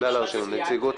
נציגות.